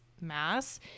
Mass